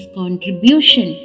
contribution